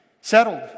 settled